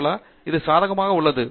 டங்கிராலா இது சாதகமானதாக உள்ளது